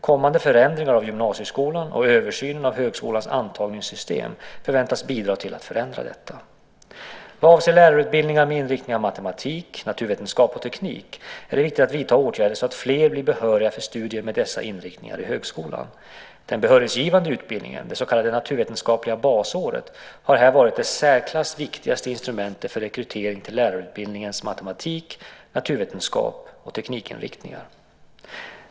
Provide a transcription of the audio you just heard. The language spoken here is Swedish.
Kommande förändringar av gymnasieskolan och översynen av högskolans antagningssystem förväntas bidra till att förändra detta. Vad avser lärarutbildningar med inriktningarna matematik, naturvetenskap och teknik är det viktigt att vidta åtgärder så att fler blir behöriga för studier med dessa inriktningar i högskolan. Den behörighetsgivande utbildningen, det så kallade naturvetenskapliga basåret, har här varit det i särklass viktigaste instrumentet för rekryteringen till lärarutbildningens matematik-, naturvetenskap och teknikinriktningar.